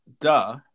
duh